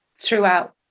throughout